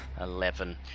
Eleven